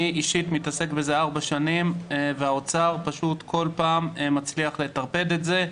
אני אישית מתעסק בזה ארבע שנים והאוצר פשוט כל פעם מצליח לטרפד את זה.